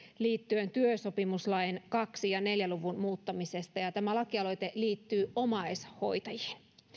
liittyen työsopimuslain kaksi ja neljän luvun muuttamiseen ja tämä lakialoite liittyy omaishoitajiin